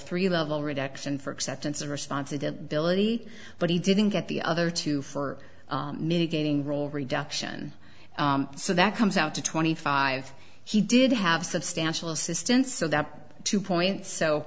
three level reduction for acceptance a response of the military but he didn't get the other two for mitigating role reduction so that comes out to twenty five he did have substantial assistance so that two points so